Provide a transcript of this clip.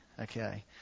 Okay